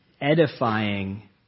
edifying